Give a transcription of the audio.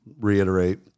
reiterate